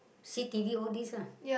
see t_v all these ah